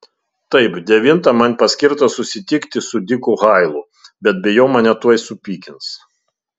taip devintą man paskirta susitikti su diku hailu bet bijau mane tuoj supykins